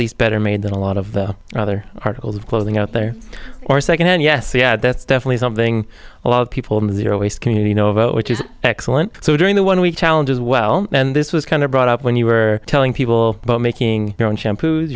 least better made than a lot of other articles of clothing out there or secondhand yes yeah that's definitely something a lot of people in the earliest community know about which is excellent so during the one we challenge as well and this was kind of brought up when you were telling people about making your own shampoos